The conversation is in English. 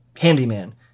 handyman